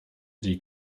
die